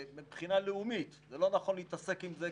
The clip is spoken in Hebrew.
מבחינה לאומית, זה לא נכון להתעסק עם זה.